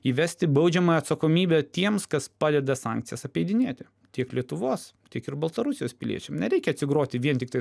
įvesti baudžiamąją atsakomybę tiems kas padeda sankcijas apeidinėti tiek lietuvos tiek ir baltarusijos piliečiam nereikia atsigroti vien tiktai